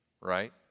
right